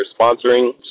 sponsoring